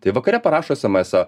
tai vakare parašo esamesą